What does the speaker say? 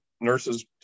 nurses